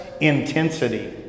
intensity